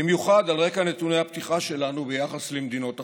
במיוחד על רקע נתוני הפתיחה שלנו ביחס למדינות אחרות.